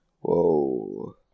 Whoa